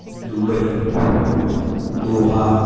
Dubai Doha